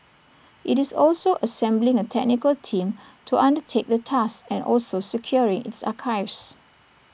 IT is also assembling A technical team to undertake the task and also securing its archives